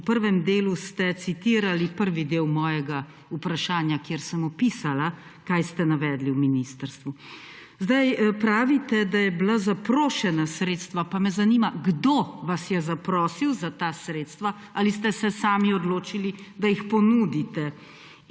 V prvem delu ste citirali prvi del mojega vprašanja, kjer sem opisala, kaj ste navedli v ministrstvu. Zdaj pravite, da so bila zaprošena sredstva, pa me zanima: Kdo vas je zaprosil za ta sredstva ali ste se sami odločili, da jih ponudite?